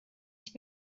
ich